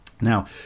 Now